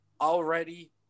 already